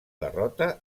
derrota